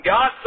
God